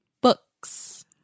Books